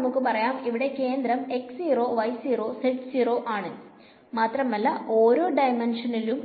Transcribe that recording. ഇനി നമുക്ക് പറയാം ഇവിടെ കേന്ദ്രം ആണ് മാത്രമല്ല ഓരോ ഡൈമെൻഷണിലും